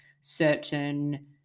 certain